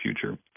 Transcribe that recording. future